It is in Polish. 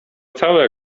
cały